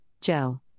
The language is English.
Joe